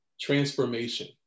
Transformation